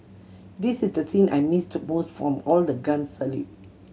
this is the scene I missed most from all the guns salute